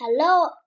Hello